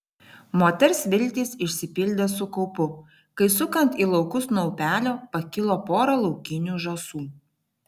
moters viltys išsipildė su kaupu kai sukant į laukus nuo upelio pakilo pora laukinių žąsų